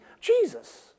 Jesus